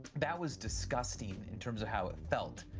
that was disgusting in terms of how it felt,